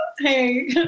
hey